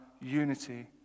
unity